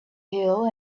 hill